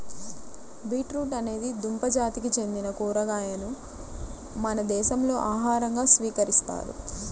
beetroot అనేది దుంప జాతికి చెందిన కూరగాయను మన దేశంలో ఆహారంగా స్వీకరిస్తారు